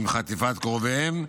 עם חטיפת קרוביהם,